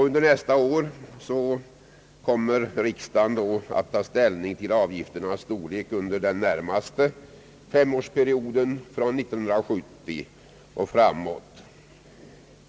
Under nästa år kommer riksdagen att ta ställning till avgifternas storlek under den närmaste femårsperioden, från 1970 och framåt.